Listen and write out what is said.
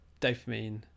dopamine